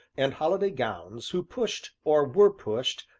and holiday gowns, who pushed, or were pushed,